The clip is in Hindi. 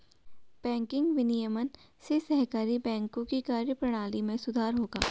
बैंकिंग विनियमन से सहकारी बैंकों की कार्यप्रणाली में सुधार होगा